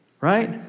right